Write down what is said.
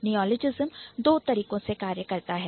Neologism 2 तरीकों से कार्य करता है